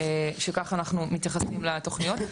שככה אנחנו מתייחסים לתוכניות.